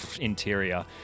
interior